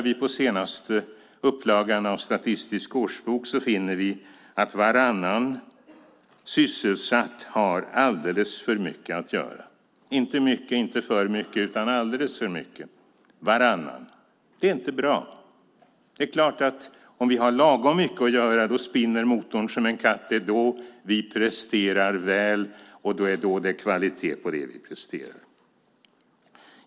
I senaste upplagan av Statistisk årsbok finner vi att varannan sysselsatt har alldeles för mycket att göra - inte mycket eller för mycket utan alldeles för mycket. Det är inte bra. Om vi har lagom mycket att göra är det klart att motorn spinner som en katt. Det är då vi presterar väl, och det är då det är kvalitet på det vi presterar.